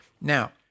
Now